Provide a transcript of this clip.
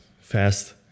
fast